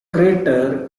crater